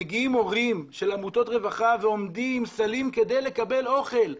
מגיעים הורים של עמותות רווחה ועומדים עם סלים כדי לקבל אוכל.